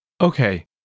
Okay